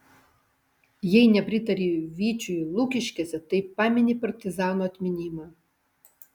jei nepritari vyčiui lukiškėse tai pamini partizanų atminimą